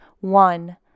one